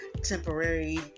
temporary